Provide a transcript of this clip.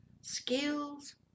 skills